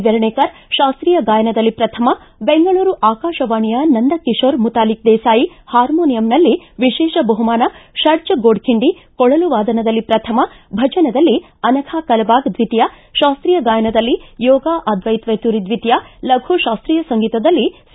ವೆರ್ಣೇಕರ್ ಶಾಸ್ತೀಯ ಗಾಯನದಲ್ಲಿ ಪ್ರಥಮ ಬೆಂಗಳೂರು ಆಕಾಶವಾಣಿಯ ನಂದ ಕಿಶೋರ ಮುತಾಲಿಕ ದೇಸಾಯಿ ಹಾರ್ಮೋನಿಯಂನಲ್ಲಿ ವಿಶೇಷ ಬಹುಮಾನ ಷಡ್ಡ ಗೋಡಖಿಂಡಿ ಕೊಳಲು ವಾದನದಲ್ಲಿ ಪ್ರಥಮ ಭಜನದಲ್ಲಿ ಅನಘಾ ಕಲಬಾಗ ದ್ವಿತೀಯ ಶಾಸ್ತೀಯ ಗಾಯನದಲ್ಲಿ ಯೋಗಾ ಅದ್ವೈತ್ ವೆತುರಿ ದ್ವಿತೀಯ ಲಘು ಶಾಸ್ತೀಯ ಸಂಗೀತದಲ್ಲಿ ಸಿ